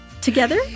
together